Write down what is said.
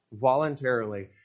voluntarily